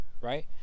right